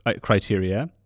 criteria